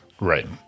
Right